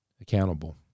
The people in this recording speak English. accountable